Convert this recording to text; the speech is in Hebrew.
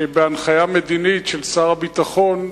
שבהנחיה מדינית של שר הביטחון,